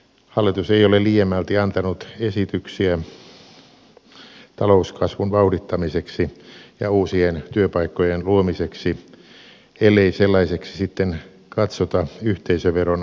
hallitus ei ole liiemmälti antanut esityksiä talouskasvun vauhdittamiseksi ja uusien työpaikkojen luomiseksi ellei sellaiseksi sitten katsota yhteisöveron alentamista